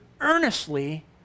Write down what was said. earnestly